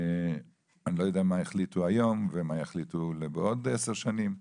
אני לא יודע מה יחליטו היום ומה יחליטו בעוד עשר שנים,